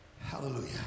Hallelujah